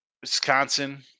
Wisconsin